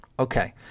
Okay